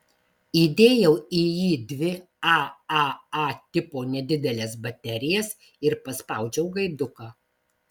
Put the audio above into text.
įdėjau į jį dvi aaa tipo nedideles baterijas ir paspaudžiau gaiduką